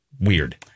weird